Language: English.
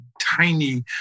tiny